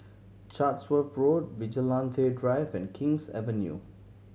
Chatsworth Road Vigilante Drive and King's Avenue